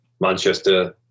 Manchester